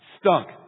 Stunk